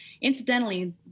Incidentally